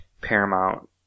Paramount